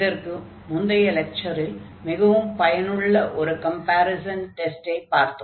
இதற்கு முந்தைய லெக்சரில் மிகவும் பயனுள்ள ஒரு கம்பேரிஸன் டெஸ்ட்டை பார்த்தோம்